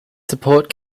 support